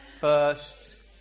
first